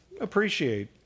appreciate